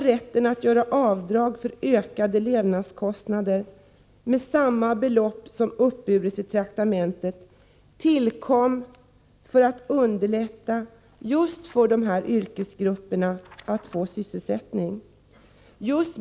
Rätten att göra avdrag för ökade levnadskostnader med samma belopp som uppburits i traktamente tillkom för att underlätta för just de här yrkesgrupperna att få sysselsättning.